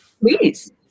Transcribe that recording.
Please